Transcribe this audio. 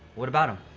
what about em?